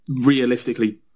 realistically